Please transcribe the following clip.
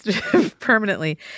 permanently